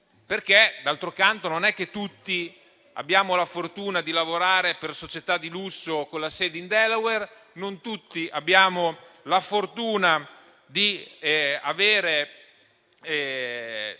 tasse. D'altro canto, non tutti abbiamo la fortuna di lavorare per società del lusso con sede in Delaware, non tutti abbiamo la fortuna di trovare